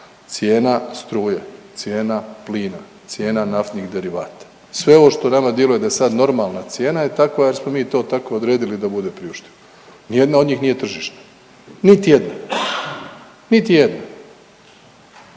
cijena struje, cijena plina, cijena naftnih derivata, sve ovo što nama djeluje da je sad normalna cijena je takva jer smo mi to tako odredili da bude priušteno, ni jedna od njih nije tržišna, niti jedna, niti jedna.